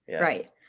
Right